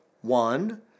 One